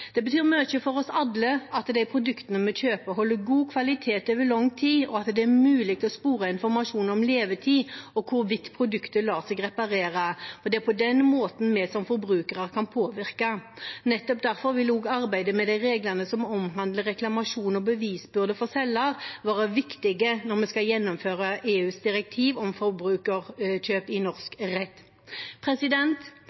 Det betyr mye for oss alle at de produktene vi kjøper, holder god kvalitet over lang tid, og at det er mulig å spore informasjon om levetid og hvorvidt produktet lar seg reparere. Det er på den måten vi som forbrukere kan påvirke. Nettopp derfor vil arbeidet med reglene som omhandler reklamasjon og bevisbyrde for selger, være viktige når vi skal gjennomføre EUs direktiv om forbrukerkjøp i